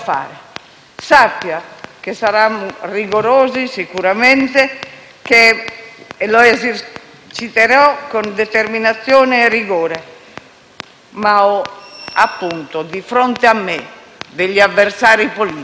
Sappia che sarò rigorosa e che eserciterò con determinazione e rigore, ma ho, appunto, di fronte a me degli avversari politici,